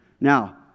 Now